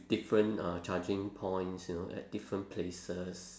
different uh charging points you know at different places